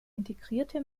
integrierte